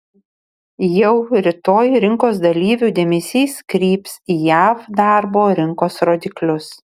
jau rytoj rinkos dalyvių dėmesys kryps į jav darbo rinkos rodiklius